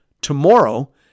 Tomorrow